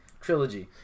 trilogy